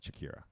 Shakira